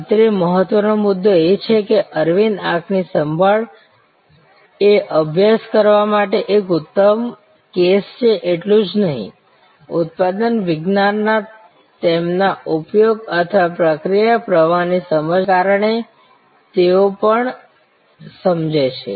અત્રે મહત્વનો મુદ્દો એ છે કે અરવિંદ આંખની સંભાળ એ અભ્યાસ કરવા માટે એક ઉત્તમ કેસ છે એટલું જ નહીં ઉત્પાદન વિજ્ઞાનના તેમના ઉપયોગ અથવા પ્રક્રિયા પ્રવાહની સમજને કારણે તેઓ પણ સમજે છે